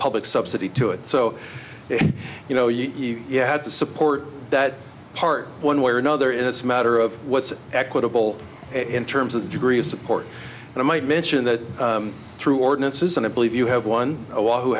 public subsidy to it so you know you you had to support that part one way or another in this matter of what's equitable in terms of the degree of support and i might mention that through ordinances and i believe you have one